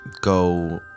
go